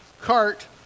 cart